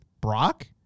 Brock